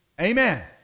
Amen